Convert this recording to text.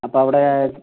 അപ്പോൾ അവിടെ